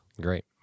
Great